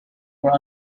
were